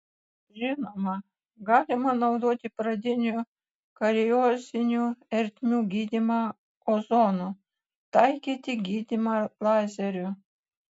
žinoma galima naudoti pradinių kariozinių ertmių gydymą ozonu taikyti gydymą lazeriu